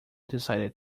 decided